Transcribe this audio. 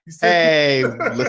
Hey